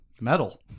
Metal